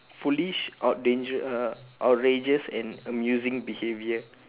foolish or dangerou~ uh outrageous and amusing behaviour